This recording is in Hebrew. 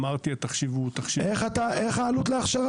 איך העלות להכשרה?